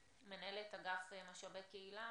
מנהלת אגף משאבי קהילה,